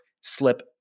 slip